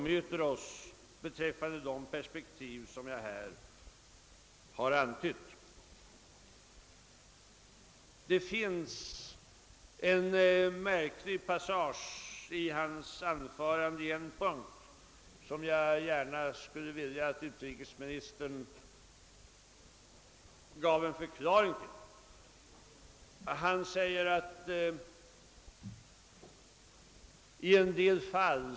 Det finns emellertid på en punkt i utrikesministerns anförande en märklig passage som jag gärna skulle vilja att utrikesministern gav en förklaring till.